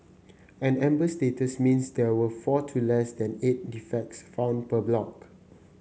an amber status means there were four to less than eight defects found per block